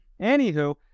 anywho